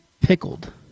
pickled